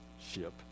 ship